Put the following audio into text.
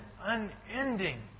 unending